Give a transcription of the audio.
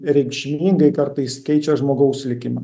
reikšmingai kartais keičia žmogaus likimą